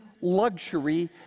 luxury